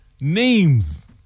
Names